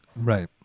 Right